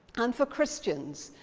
and for christians,